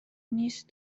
نیست